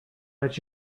let